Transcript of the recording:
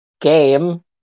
game